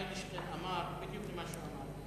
איינשטיין אמר בדיוק את מה שהוא אמר,